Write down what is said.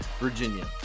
Virginia